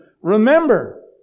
Remember